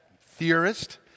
theorist